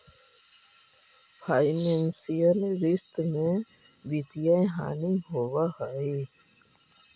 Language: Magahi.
फाइनेंसियल रिश्त में वित्तीय हानि होवऽ हई